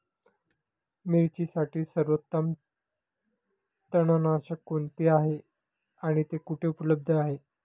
मिरचीसाठी सर्वोत्तम तणनाशक कोणते आहे आणि ते कुठे उपलब्ध आहे?